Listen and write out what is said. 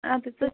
اَدٕ ژٕ